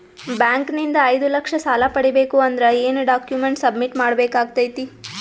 Bank ನಿಂದ ಐದು ಲಕ್ಷ ಸಾಲ ಪಡಿಬೇಕು ಅಂದ್ರ ಏನ ಡಾಕ್ಯುಮೆಂಟ್ ಸಬ್ಮಿಟ್ ಮಾಡ ಬೇಕಾಗತೈತಿ?